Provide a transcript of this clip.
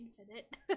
Infinite